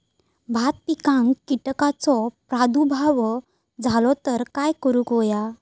भात पिकांक कीटकांचो प्रादुर्भाव झालो तर काय करूक होया?